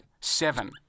Seven